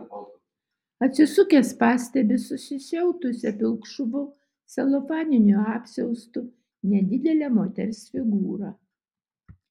atsisukęs pastebi susisiautusią pilkšvu celofaniniu apsiaustu nedidelę moters figūrą